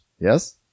yes